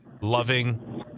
loving